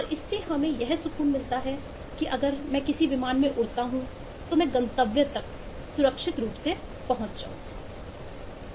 और इससे हमें यह सुकून मिलता है कि अगर मैं किसी विमान में उड़ता हूं तो मैं गंतव्य तक सुरक्षित रूप से पहुंच जाऊँगा